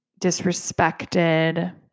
disrespected